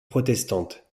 protestante